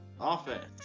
office